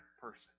person